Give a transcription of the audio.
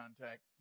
contact